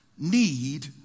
Need